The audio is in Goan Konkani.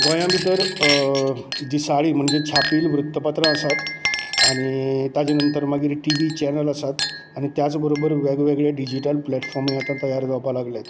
गोंया भितर दिसाळीं म्हणजे छापील वृत्तपत्रां आसात आनी ताचे नंतर मागीर टिव्ही चेनल आसात आनी त्याच बरोबर वेगवेगळे डिजीटल प्लेटफाॅर्मूय आतां तयार जावपाक लागल्यात